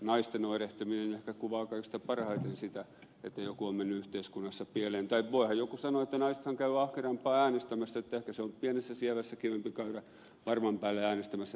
naisten oirehtiminen ehkä kuvaa kaikista parhaiten sitä että joku on mennyt yhteiskunnassa pieleen tai voihan joku sanoa että naisethan käyvät ahkerampaan äänestämässä ehkä on pienessä sievässä kivempi käydä varman päälle äänestämässä tuttua